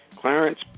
Clarence